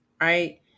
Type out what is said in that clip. right